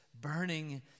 burning